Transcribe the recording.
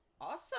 Awesome